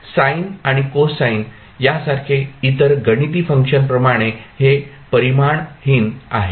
sine आणि cosine सारखे इतर गणिती फंक्शन प्रमाणे हे परिमाणहीन आहे